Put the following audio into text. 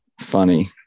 funny